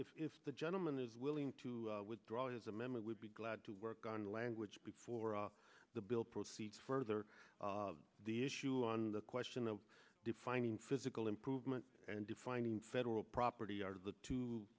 back if the gentleman is willing to withdraw his amendment would be glad to work on the language before the bill proceed further of the issue on the question of defining physical improvement and defining federal property out of the two